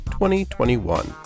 2021